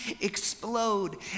explode